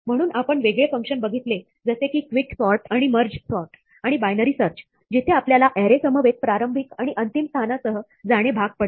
म्हणून आपण वेगळे फंक्शन बघितले जसे की क्विक सॉर्टआणि मर्ज सॉर्ट आणि बायनरी सर्चजिथे आपल्याला ऍरे समवेत प्रारंभिक आणि अंतिम स्थाना सह जाणे भाग पडले